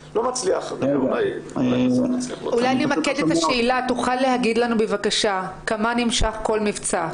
אולי נמקד את השאלה: תוכל להגיד לנו בבקשה כמה נמשך כל מבצע?